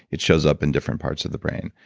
it shows up in different parts of the brain.